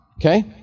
Okay